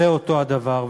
זה אותו הדבר.